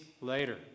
later